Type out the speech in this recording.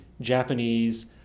Japanese